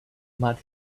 but